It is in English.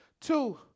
Two